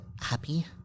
happy